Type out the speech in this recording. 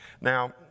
Now